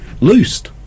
Loosed